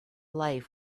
life